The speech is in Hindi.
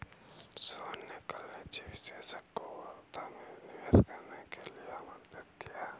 सोहन ने कल निजी निवेशक को वर्धा में निवेश करने के लिए आमंत्रित किया